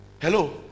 Hello